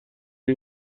این